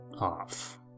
off